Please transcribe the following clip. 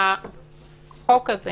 החוק הזה